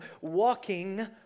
walking